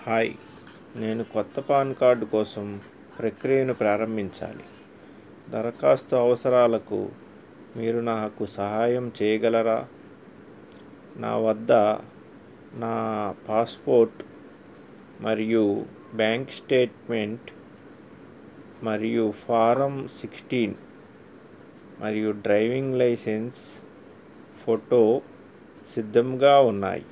hi నేను కొత్త PAN card కోసం ప్రక్రియను ప్రారంభించాలి దరఖాస్తు అవసరాలకు మీరు నాకు సహాయం చేయగలరా నా వద్ద నా పాస్పోర్ట్ మరియు బ్యాంక్ స్టేట్మెంట్ మరియు ఫార్మ్ సిక్స్టీన్ మరియు డ్రైవింగ్ లైసెన్స్ ఫొట్టో సిద్ధంగా ఉన్నాయి